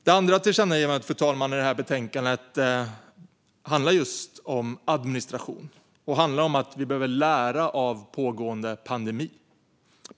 Det andra tillkännagivandet i detta betänkande handlar just om administration och om att vi behöver lära av pågående pandemi.